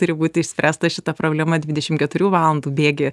turi būti išspręsta šita problema dvidešim keturių valandų bėgyje